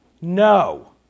No